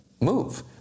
move